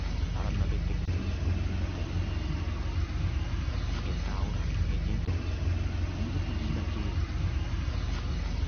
Álámɩná bíɩ ŋ tíkɩ sɩ ñ yúkú ŋ biina tɛlɩ ŋmíɩ, gɛ sááwʋra, gɛ dzɩñtɔ, ŋñ yúku biina kéé yá.